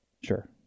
Sure